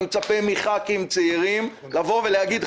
אני מצפה מחברי כנסת צעירים לומר,